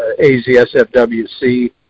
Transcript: AZSFWC